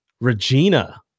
Regina